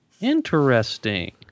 Interesting